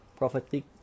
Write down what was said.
prophetic